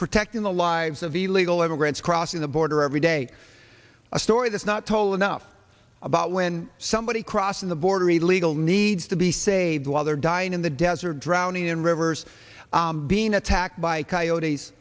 protecting the lives of the legal immigrants crossing the border every day a story that's not told enough about when somebody crossing the border illegal needs to be saved while they're dying in the desert drowning in rivers being attacked by coyotes